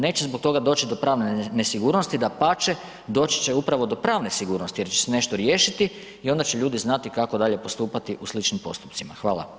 Neće zbog toga doći do pravne nesigurnosti, dapače, doći će upravo do pravne sigurnosti jer će se nešto riješiti i onda će ljudi znati kako dalje postupati u sličnim postupcima, hvala.